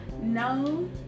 no